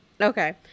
Okay